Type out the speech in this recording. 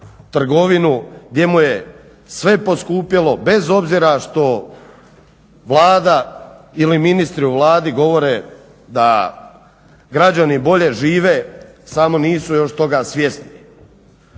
trgovinu gdje mu je sve poskupjelo bez obzira što Vlada ili ministri u Vladi govore da građani bolje žive samo nisu još toga svjesni.